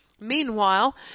Meanwhile